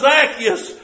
Zacchaeus